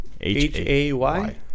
h-a-y